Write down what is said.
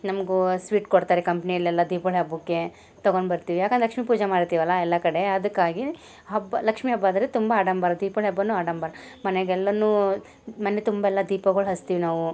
ನಮಗೂ ಸ್ವೀಟ್ ಕೊಡ್ತಾರೆ ಕಂಪ್ನಿಯಲ್ಲೆಲ್ಲ ದೀಪೊಳಿ ಹಬ್ಬಕ್ಕೆ ತಗೊಂಡು ಬರ್ತೀವಿ ಯಾಕಂದ್ರೆ ಲಕ್ಷ್ಮೀ ಪೂಜೆ ಮಾಡಿರ್ತೀವಲ್ಲ ಎಲ್ಲ ಕಡೆ ಅದಕ್ಕಾಗಿ ಹಬ್ಬ ಲಕ್ಷ್ಮೀ ಹಬ್ಬ ಅಂದರೆ ತುಂಬ ಆಡಂಬರ ದೀಪೊಳಿ ಹಬ್ಬವೂ ಆಡಂಬರ ಮನೆಗೆಲ್ಲವೂ ಮನೆ ತುಂಬ ಎಲ್ಲ ದೀಪಗಳು ಹಚ್ತೀವಿ ನಾವು